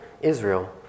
Israel